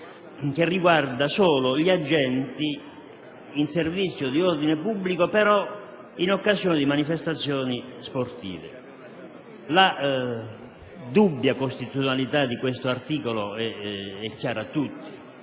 che riguarda solo gli agenti in servizio di ordine pubblico in occasione di manifestazioni sportive. La dubbia costituzionalità di questo articolo è chiara a tutti: